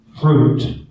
fruit